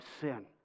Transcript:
sin